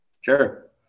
Sure